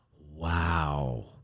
Wow